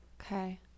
Okay